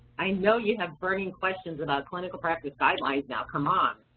i know you have burning questions about clinical practice guidelines now, come on.